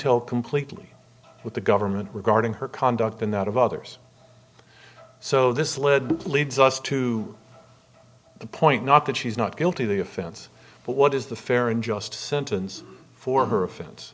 tell completely with the government regarding her conduct and that of others so this led leads us to the point not that she's not guilty the offense but what is the fair and just sentence for her offense